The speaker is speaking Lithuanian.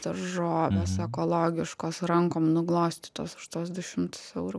daržovės ekologiškos rankom nuglostytos už tuos du šimtus eurų